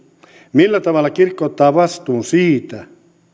millä tavalla kirkko ottaa vastuun siitä